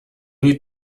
need